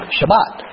Shabbat